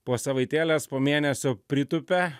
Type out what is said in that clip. po savaitėlės po mėnesio pritupia